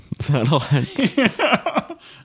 satellites